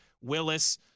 Willis